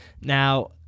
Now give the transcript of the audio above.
Now